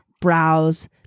browse